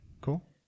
cool